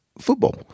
football